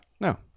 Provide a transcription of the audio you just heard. No